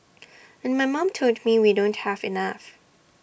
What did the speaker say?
and my mom told me we don't have enough